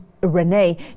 Renee